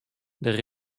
der